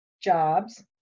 jobs